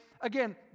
again